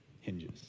hinges